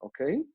okay